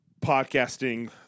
podcasting